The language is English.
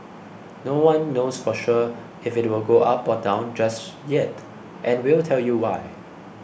no one knows for sure if it will go up or down just yet and we'll tell you why